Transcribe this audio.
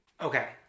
Okay